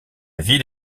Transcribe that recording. ville